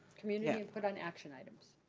community yeah input on action items.